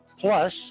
Plus